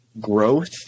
growth